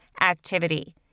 activity